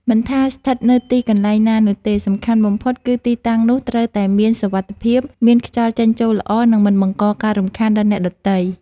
មិនថាស្ថិតនៅទីកន្លែងណានោះទេ សំខាន់បំផុតគឺទីតាំងនោះត្រូវតែមានសុវត្ថិភាព មានខ្យល់ចេញចូលល្អ និងមិនបង្កការរំខានដល់អ្នកដទៃ។